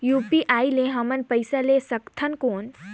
UPI ले हमन पइसा ले सकथन कौन?